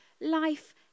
Life